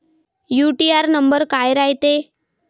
UTR number काय रायते?